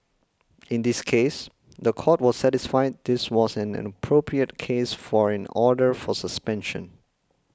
in this case the Court was satisfied this was an appropriate case for an order for suspension